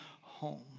home